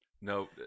no